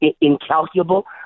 incalculable